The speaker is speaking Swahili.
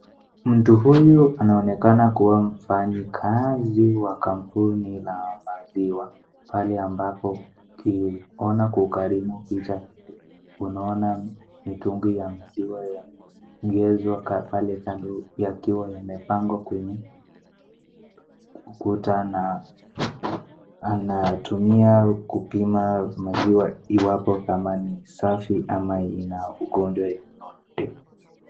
Mtu huyu anaonekana kuwa mfanyikazi wa kampuni la maziwa. Pale ambapo tuliona kwa ukarimu kisha unaona mtungi ya maziwa yaongeza pale kando yakiwa yamepangwa kwenye ukuta na anatumia kupima maziwa iwapo kama ni safi ama ina ugonjwa yoyote.